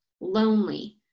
lonely